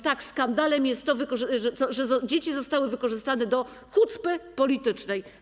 Tak, skandalem jest to, że dzieci zostały wykorzystane do hucpy politycznej.